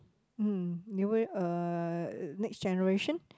mm newer uh next generation